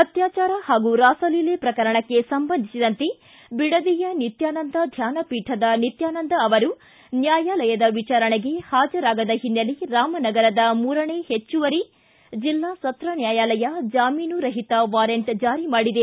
ಅತ್ಯಾಚಾರ ಹಾಗೂ ರಾಸಲೀಲೆ ಪ್ರಕರಣಕ್ಕೆ ಸಂಬಂಧಿಸಿದಂತೆ ಬಿಡದಿಯ ನಿತ್ಯಾನಂದ ಧ್ಯಾನಪೀಠದ ನಿತ್ಯಾನಂದ ಅವರು ನ್ವಾಯಾಲಯದ ವಿಚಾರಣೆಗೆ ಹಾಜರಾಗದ ಹಿನ್ನೆಲೆ ರಾಮನಗರದ ಮೂರನೇ ಹೆಚ್ಚುವರಿ ಜಿಲ್ಲಾ ಸತ್ರ ನ್ವಾಯಾಲಯ ಜಾಮೀನು ರಹಿತ ವಾರೆಂಟ್ ಜಾರಿ ಮಾಡಿದೆ